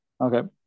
Okay